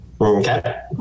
Okay